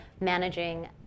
managing